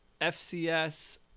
FCS